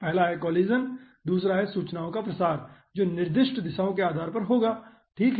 पहला है कोलिजन और दूसरा है सूचनाओं का प्रसार जो निर्दिष्ट दिशाओं के आधार पर होगा ठीक है